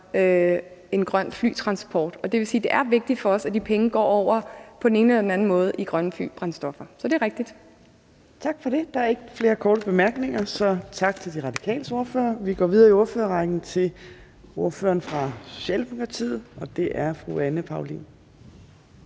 en grøn flytransport. Det vil sige, at det er vigtigt for os, at de penge på den ene eller anden måde går til grønne flybrændstoffer. Så det er rigtigt. Kl. 10:48 Fjerde næstformand (Trine Torp): Tak for det. Der er ikke flere korte bemærkninger. Tak til De Radikales ordfører. Vi går videre i ordførerrækken til ordføreren fra Socialdemokratiet, og det er fru Anne Paulin.